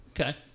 Okay